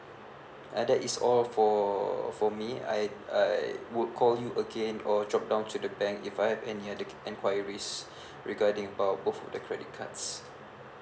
uh that is all for for me I I would call you again or drop down to the bank if I have any other enquiries regarding about both of the credit cards